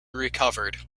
recovered